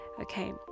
okay